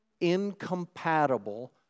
incompatible